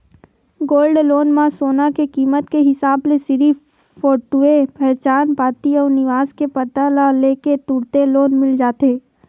gold loan म सोना के कीमत के हिसाब ले सिरिफ फोटूए पहचान पाती अउ निवास के पता ल ले के तुरते लोन मिल जाथे